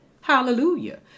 Hallelujah